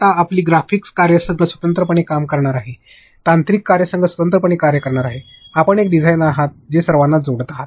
आता आपली ग्राफिक कार्यसंघ स्वतंत्रपणे काम करणार आहे तांत्रिक कार्यसंघ स्वतंत्रपणे कार्य करणार आहे आपण एक डिझाइनर आहात जे सर्वांना जोडत आहेत